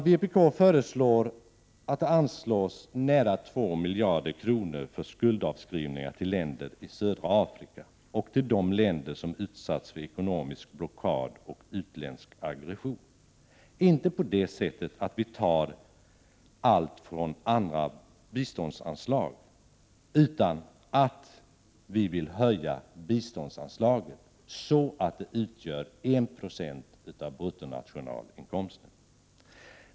Vpk föreslår att det anslås nära två miljarder kronor för skuldavskrivningar till länder i södra Afrika och till de länder som utsatts för ekonomisk blockad och utländsk aggression, inte på det sättet att vi ju skall ta allt från andra biståndsanslag utan genom höjning av biståndsanslaget så att det utgör 1 26 av bruttonationalinkomsten.